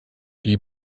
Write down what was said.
die